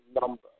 number